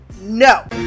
no